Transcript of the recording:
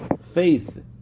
faith